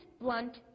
blunt